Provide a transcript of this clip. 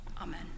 Amen